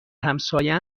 همساین